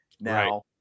now